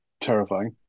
terrifying